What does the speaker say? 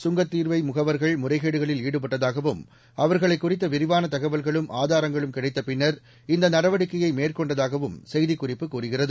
சுங்கத்தீர்வைமுகவர்கள் முறைகேடுகளில் ஈடுபட்டதாகவும் அவர்களைக் குறித்தவிரிவானதகவல்களும் கிடைத்தபின்னர் இந்தநடவடிக்கையைமேற்கொண்டதாகவும் செய்திக்குறிப்பு கூறுகிறது